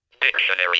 Dictionary